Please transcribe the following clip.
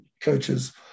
coaches